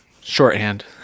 Shorthand